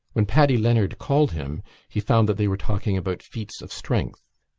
when paddy leonard called him he found that they were talking about feats of strength.